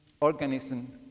organism